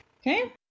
Okay